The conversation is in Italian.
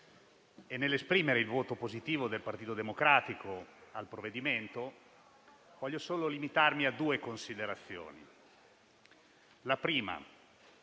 nel dichiarare il voto favorevole del Partito Democratico al provvedimento, voglio solo limitarmi a due considerazioni,